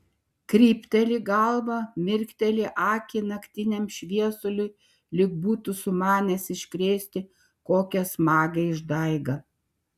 krypteli galvą mirkteli akį naktiniam šviesuliui lyg būtų sumanęs iškrėsti kokią smagią išdaigą